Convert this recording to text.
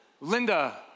Linda